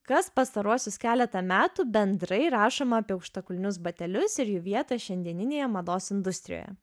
kas pastaruosius keletą metų bendrai rašoma apie aukštakulnius batelius ir jų vietą šiandieninėje mados industrijoje